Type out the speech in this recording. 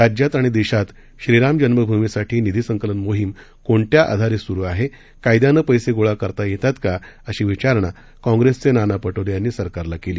राज्यात आणि देशात श्रीराम जन्मभूमीसाठी निधी संकलन मोहीम कोणत्या आधारे सुरू आहे कायद्यानं पैसे गोळा करता येतात का अशी विचारणा काँगेसचे नाना पटोले यांनी सरकारला विचारणा केली